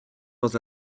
dans